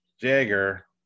Jagger